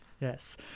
Yes